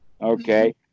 okay